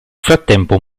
frattempo